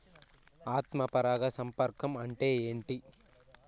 ఆత్మ పరాగ సంపర్కం అంటే ఏంటి?